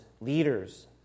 leaders